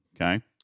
okay